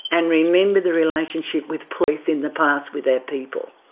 and remember the relationship with police in the past with our people,